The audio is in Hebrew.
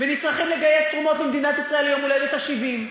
נשרכים לגייס תרומות למדינת ישראל ליום הולדת ה-70,